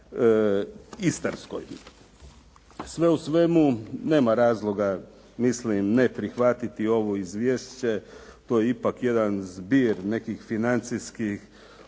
istarskoj. Sve u svemu, nema razloga ne prihvatiti ovo izvješće. To je ipak jedan zbir nekih financijskih